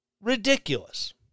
ridiculous